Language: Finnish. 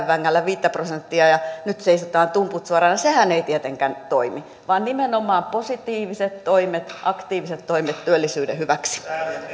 vängällä viisi prosenttia ja nyt seisotaan tumput suorana sehän ei tietenkään toimi vaan nimenomaan positiiviset toimet aktiiviset toimet työllisyyden hyväksi